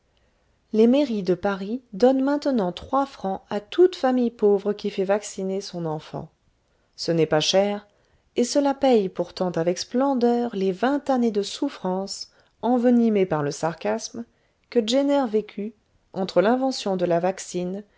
les mairies de paris donnent maintenant trois francs à toute famille pauvre qui fait vacciner son enfant ce n'est pas cher et cela paye pourtant avec splendeur les vingt années de souffrances envenimées par le sarcasme que jenner vécut entre l'invention de la vaccine